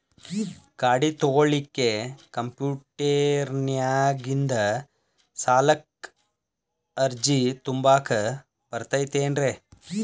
ಗಾಡಿ ತೊಗೋಳಿಕ್ಕೆ ಕಂಪ್ಯೂಟೆರ್ನ್ಯಾಗಿಂದ ಸಾಲಕ್ಕ್ ಅರ್ಜಿ ತುಂಬಾಕ ಬರತೈತೇನ್ರೇ?